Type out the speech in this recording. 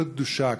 כזאת קדושה,